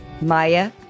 Maya